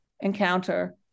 encounter